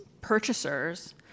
purchasers